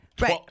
right